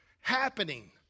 happening